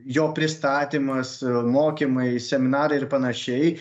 jo pristatymas mokymai seminarai ir panašiai